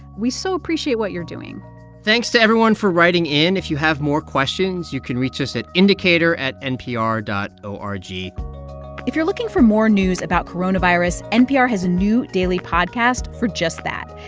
we so appreciate what you're doing thanks to everyone for writing in. if you have more questions, you can reach us at indicator at npr dot o r g if you're looking for more news about coronavirus, npr has a new daily podcast for just that.